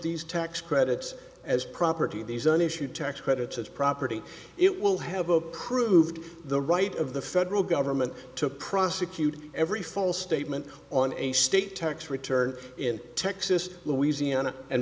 these tax credits as property the zone issue tax credits as property it will have approved the right of the federal government to prosecute every false statement on a state tax return in texas louisiana and